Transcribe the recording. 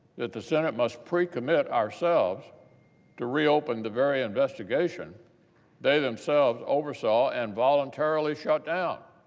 that the senate must pre-commit ourselves to reopen the very investigation they themselves oversaw and voluntarily shut down.